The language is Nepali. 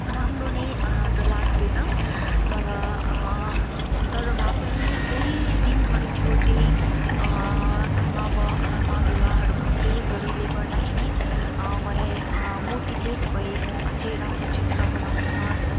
राम्रो नै त लाग्दैन तर तर भए पनि त्यही दिनहरू थियो त्यही आमा बा आमा बुवाहरूको प्रेजहरूले गर्दाखेरि मलाई मोटिभेट भएँ म अझै राम्रो चित्र बनाउनुमा